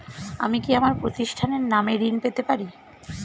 আমি কি আমার প্রতিষ্ঠানের নামে ঋণ পেতে পারি?